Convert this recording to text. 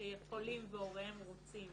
שיכולים והוריהם רוצים